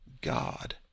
God